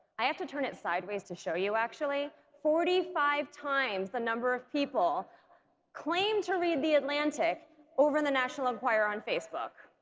i have to turn it sideways to show you actually. forty five times the number of people claimed to read the atlantic over the national enquirer on facebook.